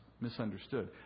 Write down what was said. misunderstood